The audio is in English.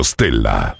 Stella